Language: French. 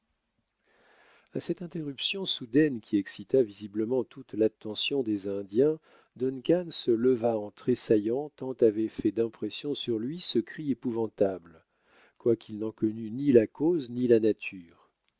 à cette interruption soudaine qui excita visiblement toute l'attention des indiens duncan se leva en tressaillant tant avait fait d'impression sur lui ce cri épouvantable quoiqu'il n'en connût ni la cause ni la nature